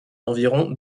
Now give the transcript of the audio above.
environ